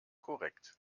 korrekt